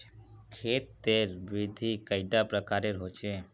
खेत तेर विधि कैडा प्रकारेर होचे?